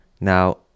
Now